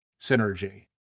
synergy